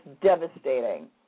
devastating